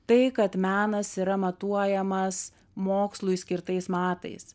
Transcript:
tai kad menas yra matuojamas mokslui skirtais matais